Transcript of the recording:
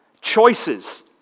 choices